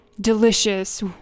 delicious